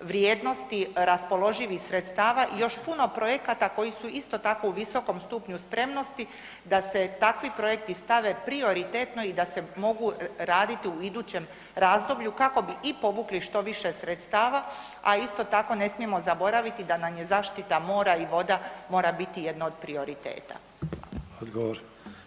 vrijednosti raspoloživih sredstava i još puno projekata koji su isto tako u visokom stupnju spremnosti da se takvi projekti stave prioritetno i da se mogu raditi u idućem razdoblju kako bi i povukli što više sredstava, a isto tako ne smijemo zaboraviti da nam je zaštita mora i voda mora biti jedno od prioriteta.